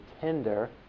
tender